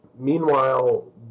Meanwhile